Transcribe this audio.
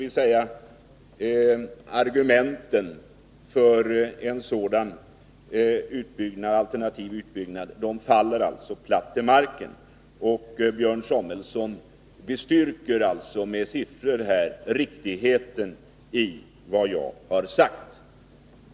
De tidigare argumenten för en sådan alternativ utbyggnad faller alltså platt till marken, och Björn Samuelson bestyrker med siffror riktigheten i vad jag har sagt.